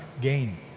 gain